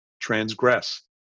transgress